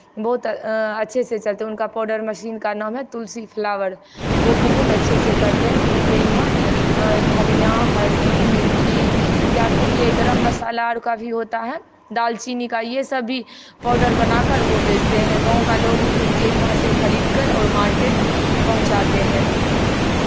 बहुत अच्छे से चलते हैं उनका पाउडर मशीन का नाम है तुलसी फ्लावर वो बहुत अच्छे से करते हैं उनके यहाँ धनियाँ हल्दी मिर्ची या फिर ये गरम मसाला का भी होता है दालचीनी का ये सब भी पाउडर बनाकर वो बेचते हैं गाँव का लोग उनके यहाँ से खरीद कर और मार्केट पहुँचाते हैं